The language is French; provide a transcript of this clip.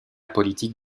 politique